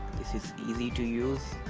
this is easy to use.